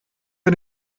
mir